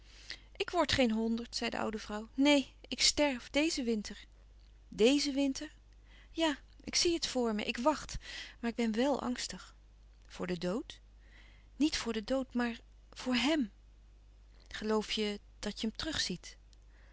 ik word geen honderd zei de oude vrouw neen ik sterf dezen winter dezen winter ja ik zie het voor me ik wacht maar ik ben wèl angstig voor den dood niet voor den dood maar voor hem geloof je dat je hem terug ziet